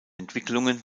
entwicklungen